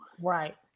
Right